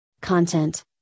Content